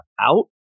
out